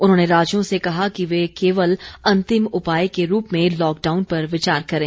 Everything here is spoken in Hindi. उन्होंने राज्यों से कहा कि वे केवल अंतिम उपाय के रूप में लॉकडाउन पर विचार करें